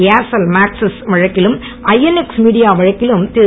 Aircel Maxis வழக்கிலும் INX media வழக்கிலும் திரு